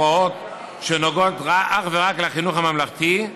הוראות שנוגעות אך ורק לחינוך הממלכתי,